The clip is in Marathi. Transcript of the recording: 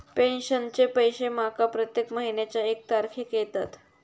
पेंशनचे पैशे माका प्रत्येक महिन्याच्या एक तारखेक येतत